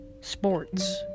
sports